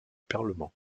parlement